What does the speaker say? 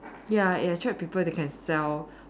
ya it attract people they can sell